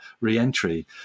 re-entry